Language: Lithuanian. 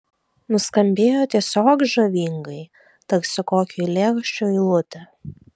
nuskambėjo tiesiog žavingai tarsi kokio eilėraščio eilutė